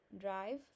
drive